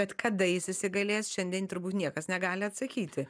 bet kada jis įsigalės šiandien turbūt niekas negali atsakyti